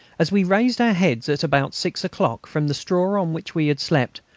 as we raised our heads at about six o'clock from the straw on which we had slept,